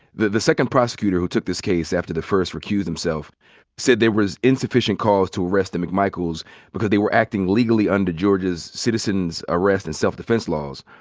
the the second prosecutor who took this case after the first recused himself said there was insufficient cause to arrest the mcmichaels because they were acting legally under georgia's citizens arrest and self-defense laws.